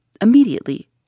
Immediately